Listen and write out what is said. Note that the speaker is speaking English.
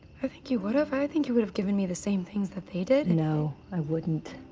i think you would've. i think you would've given me the same things that they did. no, i wouldn't.